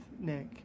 Nick